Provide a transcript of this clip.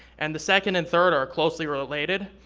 and the second and third are closely related.